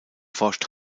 forscht